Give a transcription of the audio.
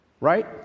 Right